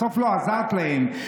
בסוף לא עזרת להם.